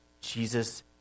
Jesus